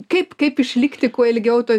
kaip kaip išlikti kuo ilgiau toje